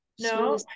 no